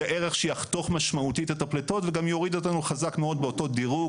ערך שיחתוך משמעותית את הפלטות וגם יוריד אותנו חזק מאוד באותו דירוג,